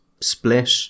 split